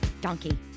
donkey